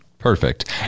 Perfect